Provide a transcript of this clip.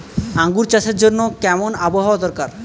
আঙ্গুর চাষের জন্য কেমন আবহাওয়া দরকার?